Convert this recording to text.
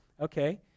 okay